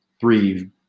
three